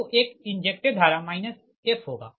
तो एक इंजेक्टेड धारा -If होगा